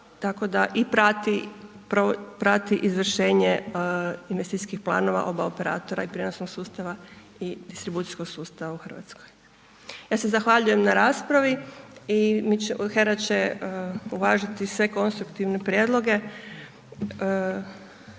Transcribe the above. i prati, prati izvršenje investicijskih planova oba operatora i prijenosnog sustava i distribucijskog sustava u Hrvatskoj. Ja se zahvaljujem na raspravi i HERA će uvažiti sve konstruktivne prijedloge